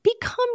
become